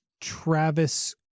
Travis